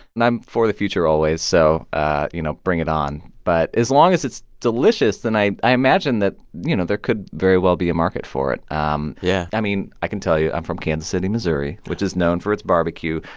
and i'm for the future always, so ah you know, bring it on. but as long as it's delicious, then i i imagine that, you know, there could very well be a market for it um yeah i mean, i can tell you. i'm from kansas city, mo, which is known for its barbecue.